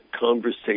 conversation